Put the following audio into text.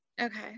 Okay